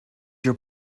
your